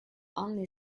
only